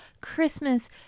Christmas